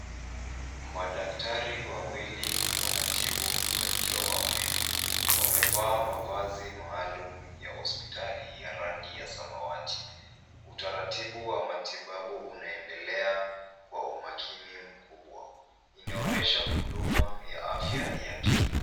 Madaktari wawili wanatibu mgonjwa wa meno. Wamevaa mavazi maalum ya hospitali, ya rangi ya samawati. Utaratibu wa matibabu unaendelea kwa umakini mkubwa. Inaonyesha huduma ya afya ya kinywa.